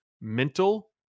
mental